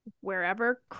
wherever